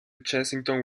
chessington